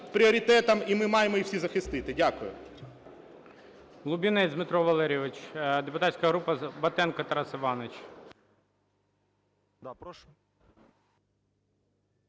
пріоритетом, і маємо їх всі захистити. Дякую.